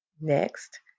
Next